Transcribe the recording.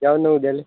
जाऊ ना उद्याला